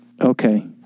Okay